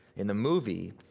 in the movie,